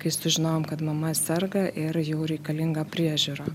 kai sužinojom kad mama serga ir jau reikalinga priežiūra